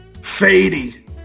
Sadie